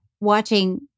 watching